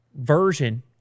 version